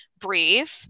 breathe